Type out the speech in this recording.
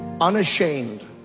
unashamed